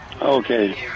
Okay